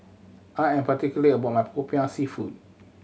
I am particular about my Popiah Seafood